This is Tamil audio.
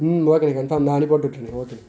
ம் ஓகேண்ணே கன்ஃபார்ம் தான் நானே போட்டுட்டுறேண்ணே ஓகேண்ணே